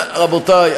רבותי,